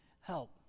help